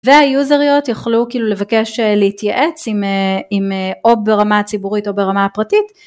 והיוזריות יוכלו כאילו לבקש להתייעץ עם או ברמה הציבורית או ברמה הפרטית